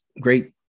great